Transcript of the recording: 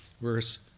verse